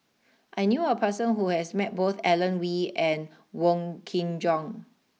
I knew a person who has met both Alan Oei and Wong Kin Jong